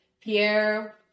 Pierre